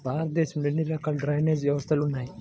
భారతదేశంలో ఎన్ని రకాల డ్రైనేజ్ వ్యవస్థలు ఉన్నాయి?